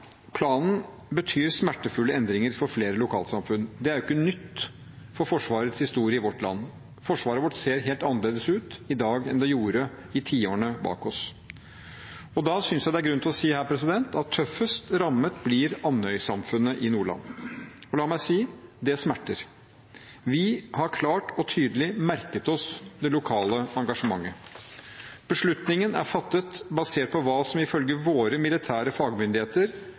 Planen betyr smertefulle endringer for flere lokalsamfunn. Det er ikke nytt i Forsvarets historie i vårt land. Forsvaret vårt ser helt annerledes ut i dag enn det gjorde i tiårene vi har bak oss. Da synes jeg det er grunn til å si at tøffest rammet blir Andøy-samfunnet i Nordland. La meg si: Det smerter. Vi har klart og tydelig merket oss det lokale engasjementet. Beslutningen er fattet basert på hva våre militære fagmyndigheter